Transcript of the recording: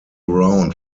round